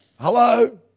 Hello